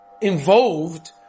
involved